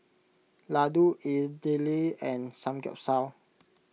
Ladoo Idili and Samgeyopsal